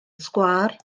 sgwâr